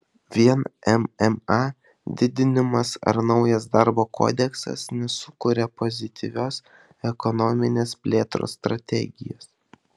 vien mma didinimas ar naujas darbo kodeksas nesukuria pozityvios ekonominės plėtros strategijos